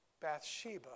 Bathsheba